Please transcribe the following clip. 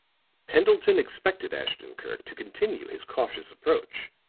pendleton expected ashton-kirk to continue his cautious approach.